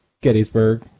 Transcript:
Gettysburg